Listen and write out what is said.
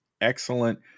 excellent